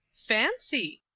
fancy!